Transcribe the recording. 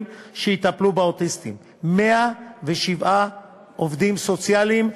שיטפלו באוטיסטים.107 עובדים סוציאליים,